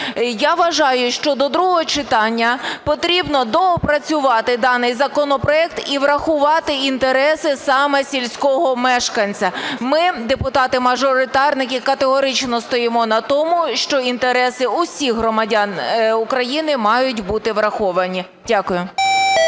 я вважаю, що до другого читання потрібно доопрацювати даний законопроект і врахувати інтереси саме сільського мешканця. Ми, депутати-мажоритарники, категорично стоїмо на тому, що інтереси усіх громадян України мають бути враховані. Дякую.